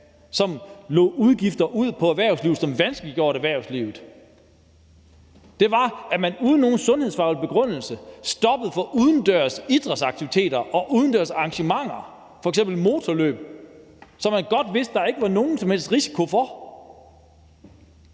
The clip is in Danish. som lagde udgifter på erhvervslivet og vanskeliggjorde det for erhvervslivet; det var, at man uden nogen sundhedsfaglig begrundelse stoppede for udendørs idrætsaktiviteter og udendørs arrangementer, f.eks. motorløb, som man godt vidste at der ikke var nogen som helst risiko ved.